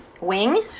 Wing